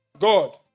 God